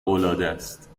العادست